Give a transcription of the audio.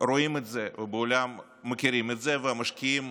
רואים את זה, בעולם מכירים את זה, ומשקיעים